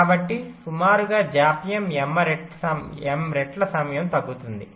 కాబట్టి సుమారుగా జాప్యం m రెట్ల సమయం తగ్గుతుంది